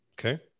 Okay